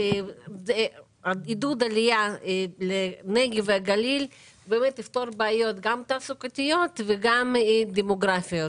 עידוד עלייה לנגב והגליל באמת יפתור בעיות גם תעסוקתיות וגם דמוגרפיות.